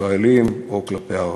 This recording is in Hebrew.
ישראלים וכלפי ערבים.